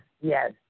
yes